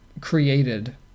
created